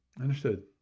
Understood